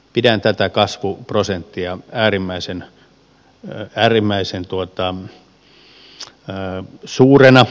pidän tätä kasvuprosenttia äärimmäisen suurena